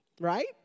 Right